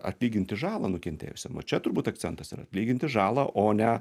atlyginti žalą nukentėjusiam va čia turbūt akcentas yra atlyginti žalą o ne